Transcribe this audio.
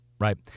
right